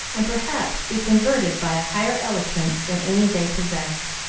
and perhaps be converted by a higher eloquence than any they possessed.